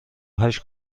هشت